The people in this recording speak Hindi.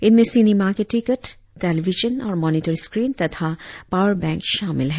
इनमें सिनेमा के टिकट टेलीविजन और मॉनिटर स्क्रीन तथा पावर बैंक शामिल है